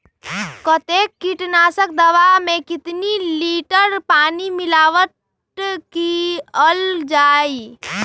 कतेक किटनाशक दवा मे कितनी लिटर पानी मिलावट किअल जाई?